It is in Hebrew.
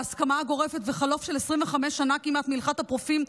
וההסכמה הגורפת בחלוף 25 שנה כמעט מהלכת האפרופים,